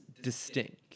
distinct